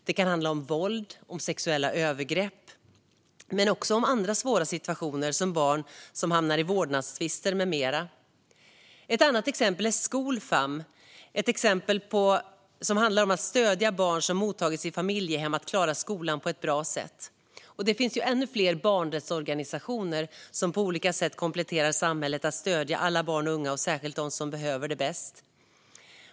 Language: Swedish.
Det kan handla om våld och om sexuella övergrepp men också om andra svåra situationer, som när barn hamnar i vårdnadstvister med mera. Ett annat exempel är arbetsmodellen Skolfam, som handlar om att stödja barn som mottagits i familjehem att klara skolan på ett bra sätt. Det finns ännu fler barnrättsorganisationer som på olika sätt kompletterar samhället i arbetet med att stödja alla barn och unga, särskilt dem som behöver det mest.